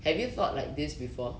have you thought like this before